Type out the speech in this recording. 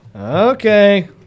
Okay